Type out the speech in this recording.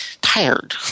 tired